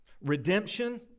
redemption